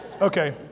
Okay